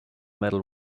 metal